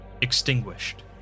Extinguished